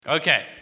Okay